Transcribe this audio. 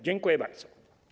Dziękuję bardzo.